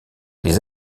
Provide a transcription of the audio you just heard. les